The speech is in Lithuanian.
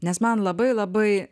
nes man labai labai